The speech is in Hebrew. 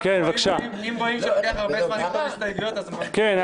אם רואים שלוקח הרבה זמן לכתוב הסתייגויות אז --- כן,